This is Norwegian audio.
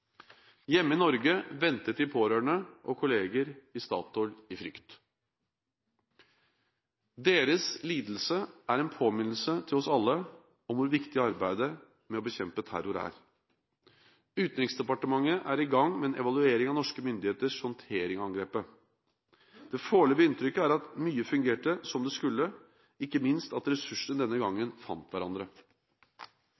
Hjemme i Norge ventet de pårørende og kolleger i Statoil i frykt. Deres lidelse er en påminnelse til oss alle om hvor viktig arbeidet med å bekjempe terror er. Utenriksdepartementet er i gang med en evaluering av norske myndigheters håndtering av angrepet. Det foreløpige inntrykket er at mye fungerte som det skulle, ikke minst at ressursene denne